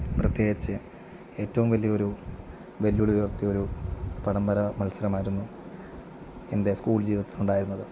പ്രത്യേകിച്ച് ഏറ്റവും വലിയ ഒരു വെല്ലുവിളി ഉയർത്തിയൊരു പടംവര മത്സരമായിരുന്നു എൻ്റെ സ്കൂൾ ജീവിതത്തിലുണ്ടായിരുന്നത്